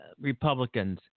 Republicans